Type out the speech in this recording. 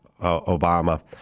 Obama